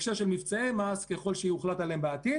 ורשות המיסים עצמה העריכה את מה שהיא קיבלה בעקבות התיקון הזה.